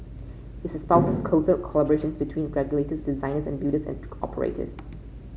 he espouses closer collaboration between regulators designers and builders and operators